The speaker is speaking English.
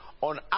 on